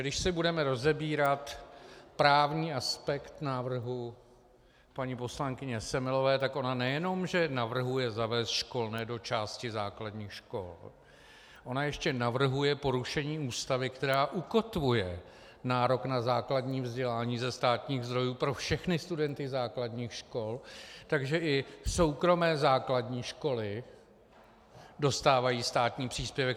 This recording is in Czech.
Když budeme rozebírat právní aspekt návrhu paní poslankyně Semelové, tak ona nejenom že navrhuje zavést školné do části základních škol, ona ještě navrhuje porušení Ústavy, která ukotvuje nárok na základní vzdělání ze státních zdrojů pro všechny studenty základních škol, takže i soukromé základní školy dostávají státní příspěvek.